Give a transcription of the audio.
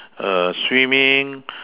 err swimming